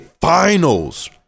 finals